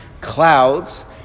clouds